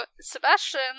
Sebastian